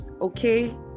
okay